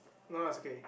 no lah is okay